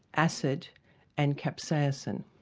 acid and capsaicin.